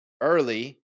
early